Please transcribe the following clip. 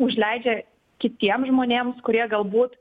užleidžia kitiem žmonėms kurie galbūt